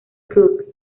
cooke